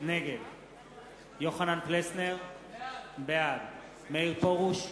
נגד יוחנן פלסנר, בעד מאיר פרוש,